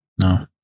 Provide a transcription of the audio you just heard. No